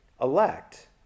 elect